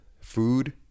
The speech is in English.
food